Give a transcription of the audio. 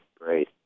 great